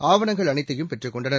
ஆவணங்கள் அனைத்தையும் பெற்றுக் கொண்டனர்